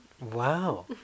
Wow